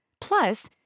Plus